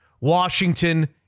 Washington